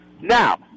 now